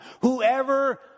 Whoever